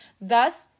Thus